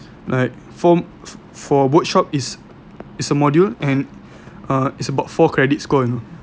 like for for workshop is is a module and is uh about four credit score you know